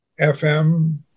FM